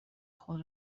خود